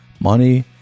money